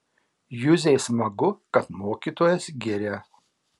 juzei smagu kad mokytojas giria